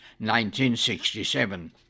1967